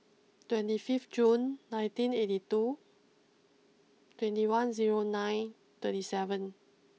twenty fifth June nineteen eighty two twenty one zero nine thirty seven